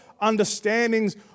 understandings